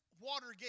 Watergate